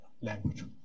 language